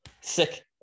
sick